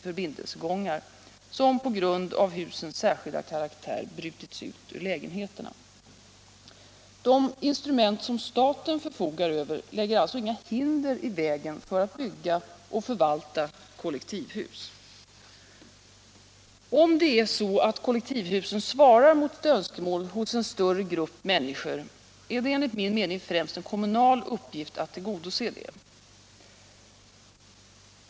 förbindelsegångar, som på grund av husens särskilda karaktär brutits ut ur lägenheterna. De instrument som staten förfogar över lägger alltså inga hinder i vägen för att bygga och förvalta kollektivhus. Om det är så att kollektivhusen svarar mot ett önskemål hos en större grupp människor, är det enligt min mening främst en kommunal uppgift att tillgodose det.